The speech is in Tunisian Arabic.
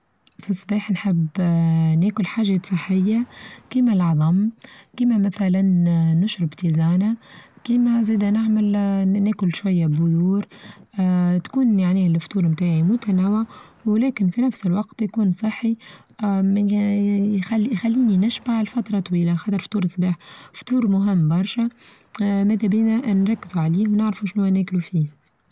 فى الصباح نحب آآ ناكل حاچة صحية كما العظم، كيما مثلا آآ نشرب تي زانا كيما زانا نعمل آآ ناكل شوية بذور آآ تكون يعني الفطور بتاعي متناوع ولكن في نفس الوقت يكون صحي، من آآ يخل-يخليني نشبع لفترة طويلة هذا فطور الصباح فطور مهم برشا لذا بينا نركزوا عليه ونعرفوا شنوا ناكلو فيه.